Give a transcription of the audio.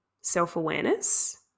self-awareness